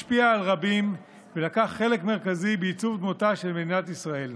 השפיע על רבים ולקח חלק מרכזי בעיצוב דמותה של מדינת ישראל.